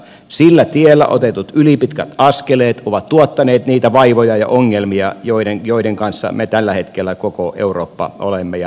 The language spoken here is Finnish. sillä tiellä otetut ylipitkät askeleet ovat tuottaneet niitä vaivoja ja ongelmia joiden kanssa me koko eurooppa tällä hetkellä olemme ja elämme